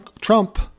Trump